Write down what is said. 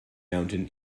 mountain